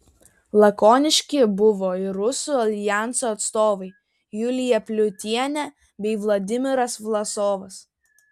lakoniški buvo ir rusų aljanso atstovai julija pliutienė bei vladimiras vlasovas